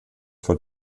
vor